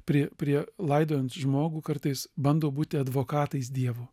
prie prie laidojant žmogų kartais bando būti advokatais dievo